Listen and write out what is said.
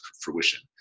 fruition